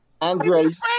Andres